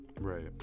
Right